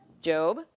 Job